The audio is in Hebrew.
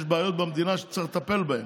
יש בעיות במדינה שצריך לטפל בהן,